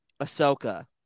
Ahsoka